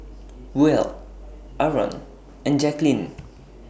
Buell Arron and Jacklyn